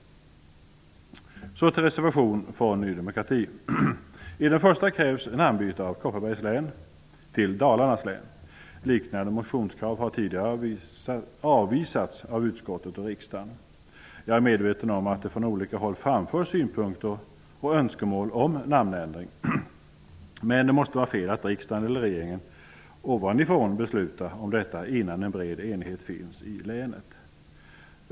Så till reservationerna från Ny demokrati. I den första krävs ett namnbyte från Kopparbergs län till Dalarnas län. Liknande motionskrav har tidigare avvisats av utskottet och riksdagen. Jag är medveten om att det från olika håll framförs synpunkter och önskemål om denna namnändring. Men det måste vara fel att riksdagen eller regeringen ovanifrån beslutar om detta innan en bred enighet finns i länet.